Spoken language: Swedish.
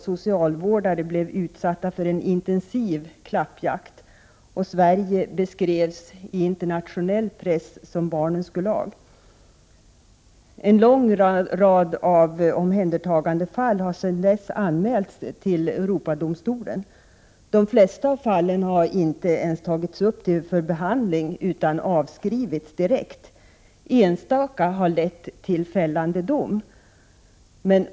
Socialvårdare blev utsatta för en intensiv klappjakt. Sverige beskrevs i internationell press som barnens Gulag. En lång rad omhändertagandefall har sedan dess anmälts till Europadomstolen. De flesta av fallen har inte ens tagits upp för behandling utan har avskrivits direkt. I enstaka fall har det blivit fällande dom.